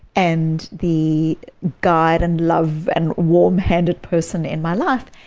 and the guide and love and warm-handed person in my life.